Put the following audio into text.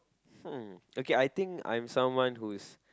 hmm okay I think I'm someone who's